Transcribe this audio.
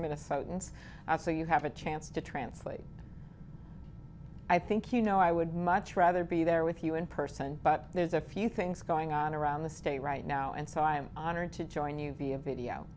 minnesotans so you have a chance to translate i think you know i would much rather be there with you in person but there's a few things going on around the state right now and so i'm honored to join you via video